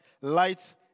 light